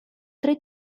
tre